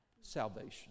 salvation